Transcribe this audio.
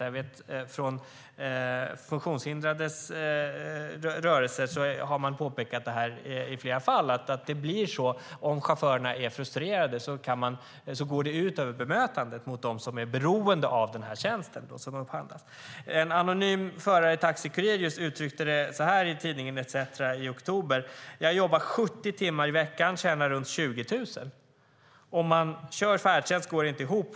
Det här har man i flera fall påpekat från de funktionshindrades organisationer. Om chaufförerna är frustrerade går det ut över bemötandet av dem som är beroende av den upphandlade tjänsten. En anonym förare hos Taxi Kurir uttryckte det så här i tidningen Etcetera i oktober: Jag jobbar 70 timmar i veckan och tjänar runt 20 000. Om man kör färdtjänst går det inte ihop.